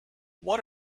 what